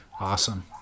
Awesome